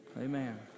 Amen